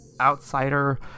outsider